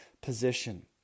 position